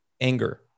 anger